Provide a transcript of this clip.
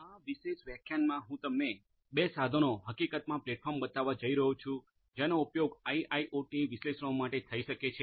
આ વિશેષ વ્યાખ્યાનમાં હું તમને બે સાધનો હકીકતમાં પ્લેટફોર્મ બતાવવા જઈ રહ્યો છું જેનો ઉપયોગ આઇઆઇઓટી વિશ્લેષણો માટે થઈ શકે છે